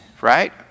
right